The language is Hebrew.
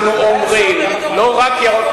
אולי השר מרידור לא מוכן,